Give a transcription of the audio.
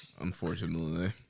unfortunately